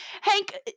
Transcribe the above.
Hank